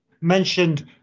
mentioned